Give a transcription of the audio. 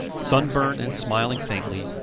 sunburnt and smiling faintly,